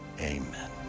Amen